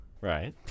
right